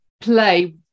play